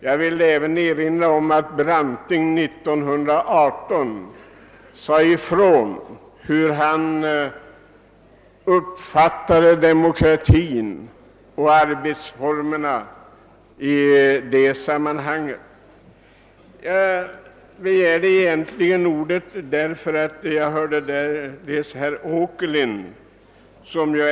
Jag vill erinra om att Branting 1918 talade om hur han uppfattade demokratin och arbetsformerna. Jag begärde egentligen ordet med anledning av herr Åkerlinds anförande.